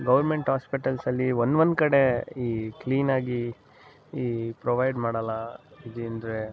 government ಆಸ್ಪೆಟಲ್ಸಲ್ಲಿ ಒಂದೊಂದ್ ಕಡೆ ಈ ಕ್ಲೀನಾಗಿ ಈ ಪ್ರೊವೈಡ್ ಮಾಡಲ್ಲ ಇದಿ ಅಂದರೆ